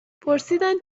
پرسیدند